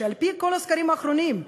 על-פי כל הסקרים האחרונים,